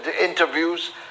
interviews